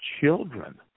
children